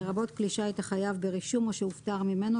לרבות כלי שיט החייב ברישום או שהופטר ממנו,